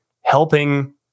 helping